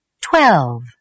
Twelve